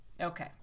Okay